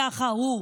ככה הוא,